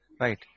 right